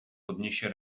podniesie